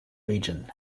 region